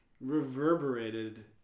reverberated